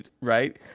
Right